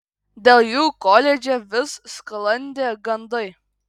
dėl jų koledže vis sklandė gandai